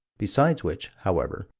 besides which, however,